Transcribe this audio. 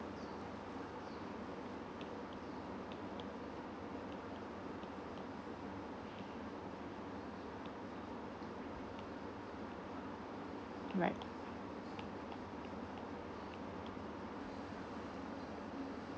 right